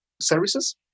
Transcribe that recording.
services